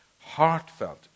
Heartfelt